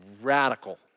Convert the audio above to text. radical